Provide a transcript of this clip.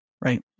right